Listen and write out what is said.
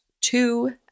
two